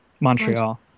Montreal